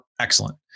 excellent